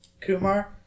Kumar